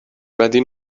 بدی